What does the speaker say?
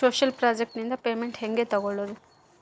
Social project ನಿಂದ payment ಹೆಂಗೆ ತಕ್ಕೊಳ್ಳದು?